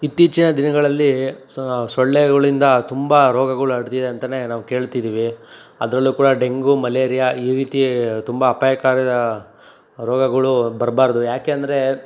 ಇತ್ತೀಚಿನ ದಿನಗಳಲ್ಲಿ ಸೊಳ್ಳೆಗಳಿಂದ ತುಂಬ ರೋಗಗಳು ಹರಡ್ತಿದೆ ಅಂತ ನಾವು ಕೇಳ್ತಿದೀವಿ ಅದರಲ್ಲೂ ಕೂಡ ಡೆಂಗೂ ಮಲೇರಿಯಾ ಈ ರೀತಿ ತುಂಬ ಅಪಾಯಕಾರಿದ ರೋಗಗಳು ಬರಬಾರ್ದು ಯಾಕೆಂದರೆ